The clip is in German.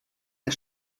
der